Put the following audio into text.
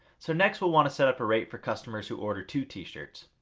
so next we'll want to set up a rate for customer's who order two t-shirts.